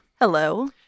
Hello